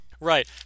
Right